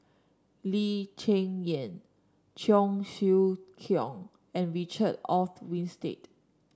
Lee Cheng Yan Cheong Siew Keong and Richard Olaf Winstedt